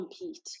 compete